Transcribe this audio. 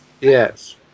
Yes